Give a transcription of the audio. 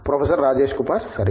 professor Rajesh Kumar సరే